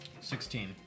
Sixteen